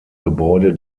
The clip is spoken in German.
gebäude